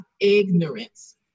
ignorance